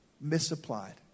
misapplied